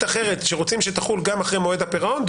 אחרת שרוצים שתחול גם אחרי מועד הפירעון,